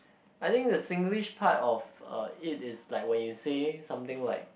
I think the Singlish part of uh it is like when you saying something like